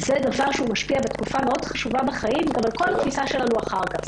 זה דבר שמשפיע בתקופה חשובה מאוד בחיים גם על כל התפיסה שלנו אחר כך.